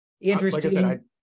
Interesting